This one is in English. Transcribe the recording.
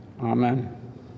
Amen